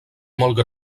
molts